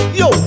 yo